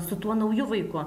su tuo nauju vaiku